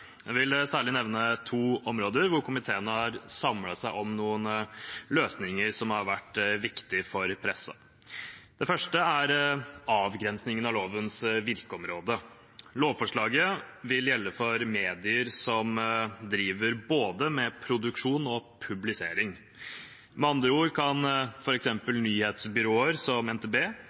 Jeg vil særlig nevne to områder hvor komiteen har samlet seg om noen løsninger som har vært viktige for pressen. Det første er avgrensningen av lovens virkeområde. Lovforslaget vil gjelde for medier som driver både med produksjon og med publisering. Med andre ord kan f.eks. nyhetsbyråer som NTB